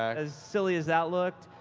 as silly as that looked.